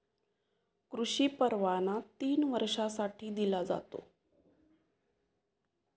कृषी परवाना तीन वर्षांसाठी दिला जातो